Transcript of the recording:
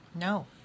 No